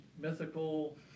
mythical